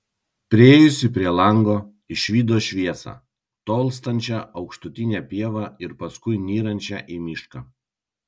priėjusi prie lango išvydo šviesą tolstančią aukštutine pieva ir paskui nyrančią į mišką